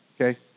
okay